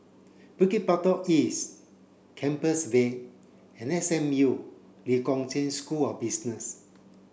Bukit Batok East Compassvale and S M U Lee Kong Chian School of Business